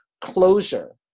closure